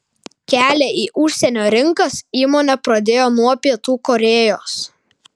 kelią į užsienio rinkas įmonė pradėjo nuo pietų korėjos